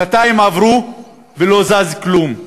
שנתיים עברו ולא זז כלום.